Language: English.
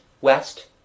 west